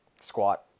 Squat